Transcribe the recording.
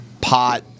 pot